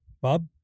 Bob